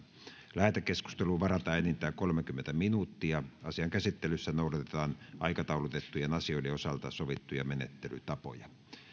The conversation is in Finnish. lähetekeskusteluun varataan enintään kolmekymmentä minuuttia asian käsittelyssä noudatetaan aikataulutettujen asioiden osalta sovittuja menettelytapoja